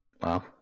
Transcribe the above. Wow